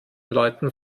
leuten